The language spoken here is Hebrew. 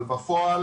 אבל בפועל